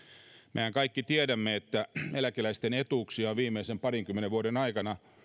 mehän kaikki tiedämme että eläkeläisten etuuksia on viimeisen parinkymmenen vuoden aikana